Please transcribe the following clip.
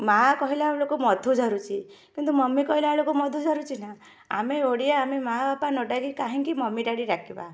ମାଁ କହିଲା ବେଳକୁ ମଧୁ ଝରୁଛି କିନ୍ତୁ ମମି କହିଲା ବେଳକୁ ମଧୁ ଝରୁଛି ନା ଆମେ ଓଡ଼ିଆ ଆମେ ମାଁ ବାପା ନ ଡାକିକି କାହିଁକି ମମି ଡାଡ଼ି ଡାକିବା